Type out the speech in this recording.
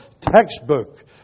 textbook